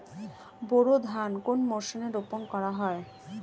বোরো ধান কোন মরশুমে রোপণ করা হয়?